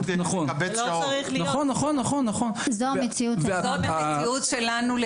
זה לא צריך להיות מקבץ שעות.